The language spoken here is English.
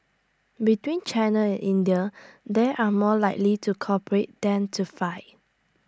between China and India they are more likely to cooperate than to fight